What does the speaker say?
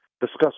discuss